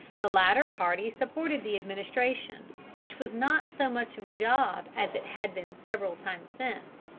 the latter party supported the administration which was not so much of a job as it has been several times since.